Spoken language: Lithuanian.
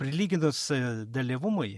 prilygintas dalyvumui